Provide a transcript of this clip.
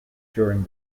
during